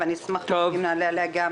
אשמח אם נענה עליה.